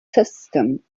system